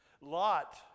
Lot